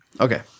okay